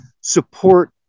support